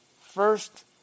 First